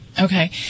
Okay